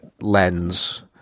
lens